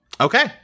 Okay